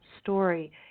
story